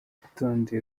urutonde